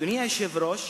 אדוני היושב-ראש,